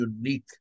unique